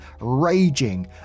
raging